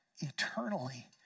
eternally